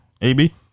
AB